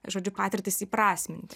žodžiu patirtis įprasminti